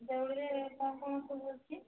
ଦେଉଳିରେ କ'ଣ କ'ଣ ସବୁ ଅଛି